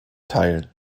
teil